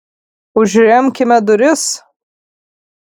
užremkime duris